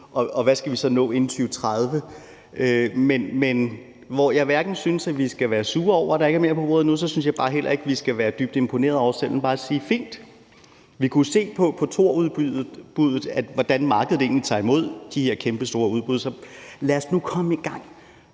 og hvad skal vi så nå inden 2030? Jeg synes ikke, vi skal være sure over, at der ikke er mere på bordet nu, men jeg synes bare heller ikke, at vi skal være dybt imponerede over os selv, men bare sige, at det er fint. Vi kunne se på Thor-udbuddet, hvordan markedet egentlig tager imod de her kæmpestore udbud, så lad os nu komme i gang.